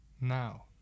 Now